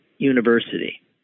University